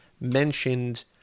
mentioned